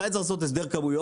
מתי צריך לעשות הסדר כמויות?